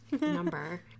number